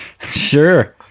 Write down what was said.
sure